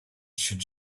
should